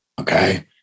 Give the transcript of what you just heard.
Okay